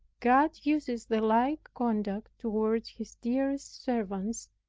god uses the like conduct toward his dearest servants,